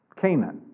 Canaan